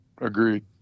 Agreed